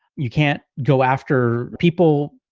you can't go after people,